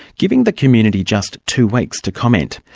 giving the community just two weeks to comment.